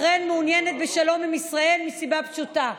בחריין מעוניינת בשלום עם ישראל מסיבה פשוטה: